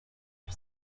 are